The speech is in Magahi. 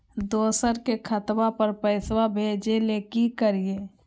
दोसर के खतवा पर पैसवा भेजे ले कि करिए?